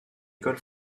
école